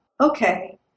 okay